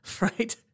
right